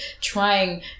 trying